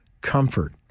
comfort